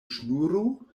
ŝnuro